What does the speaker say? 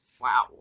Wow